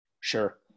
Sure